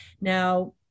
Now